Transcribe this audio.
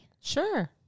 Sure